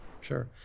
sure